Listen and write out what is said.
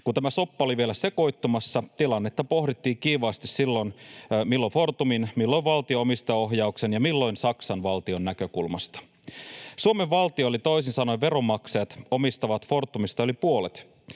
Kun tämä soppa oli vielä sekoittumassa, tilannetta pohdittiin kiivaasti milloin Fortumin, milloin valtion omistajaohjauksen ja milloin Saksan valtion näkökulmasta. Suomen valtio, eli toisin sanoen veronmaksajat, omistavat Fortumista yli puolet.